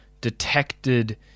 detected